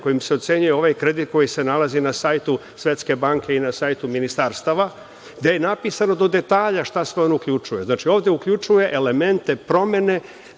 koji se ocenjuje ovaj kredit koji se nalazi na sajtu Svetske banke i na sajtu Ministarstava, gde je napisano do detalja šta sve on uključuje. Znači, ovde uključuje elemente promene,